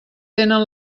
tenen